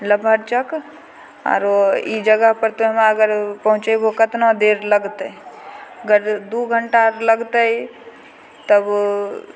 लफरचक आरो ई जगहपर हमरा तु अगर पहुँचैबहो कतना देर लगतय अगर दू घण्टा लगतय तब